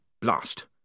blast